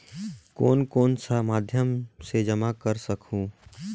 कौन कौन सा माध्यम से जमा कर सखहू?